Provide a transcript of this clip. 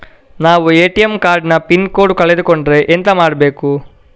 ನಾವು ATM card ನ pin code ಕಳೆದು ಕೊಂಡ್ರೆ ಎಂತ ಮಾಡ್ಬೇಕು?